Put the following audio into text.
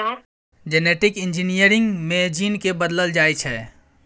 genetic engineering मे gene केँ बदलल जाइ छै